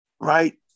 right